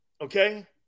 Okay